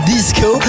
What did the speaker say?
Disco